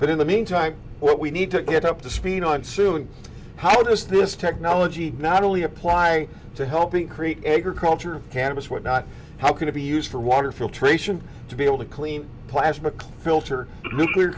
but in the meantime what we need to get up to speed on soon how does this technology not only apply to helping create agriculture cannabis whatnot how can it be used for water filtration to be able to clean plasma clean filter nuclear